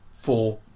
four